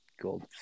gold